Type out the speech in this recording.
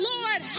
Lord